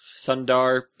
Sundar